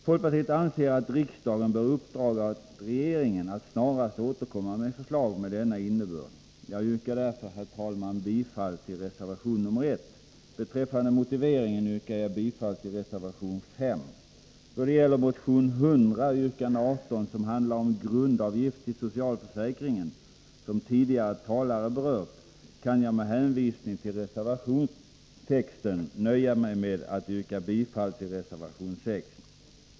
Folkpartiet anser att riksdagen bör uppdra åt regeringen att snarast återkomma med förslag med denna innebörd. Jag yrkar därför bifall till reservation 1. Beträffande motiveringen yrkar jag bifall till reservation 5. Då det gäller motion 100, yrkande 18, som handlar om grundavgift till socialförsäkringen och som tidigare talare berört, kan jag med hänvisning till reservationstexten nöja mig med att yrka bifall till reservation 6.